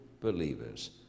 believers